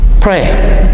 Pray